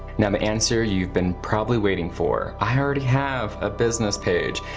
now the answer you've been probably waiting for, i already have a business page.